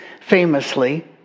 famously